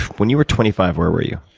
when you were twenty five, where were you?